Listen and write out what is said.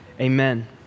Amen